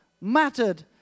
mattered